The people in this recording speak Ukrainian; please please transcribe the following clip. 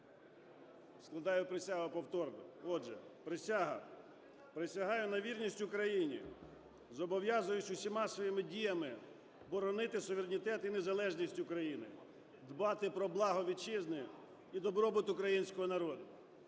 складаю присягу повторно. Отже, присяга. Присягаю на вірність Україні. Зобов'язуюсь усіма своїми діями боронити суверенітет і незалежність України, дбати про благо Вітчизни і добробут Українського народу.